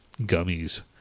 gummies